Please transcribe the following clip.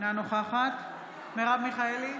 אינה נוכחת מרב מיכאלי,